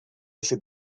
ese